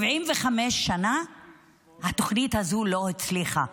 75 שנה התוכנית הזו לא הצליחה.